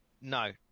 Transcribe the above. No